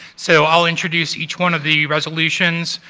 so i'll introduce each one of the resolutions.